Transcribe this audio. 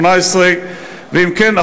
18. ואם כן,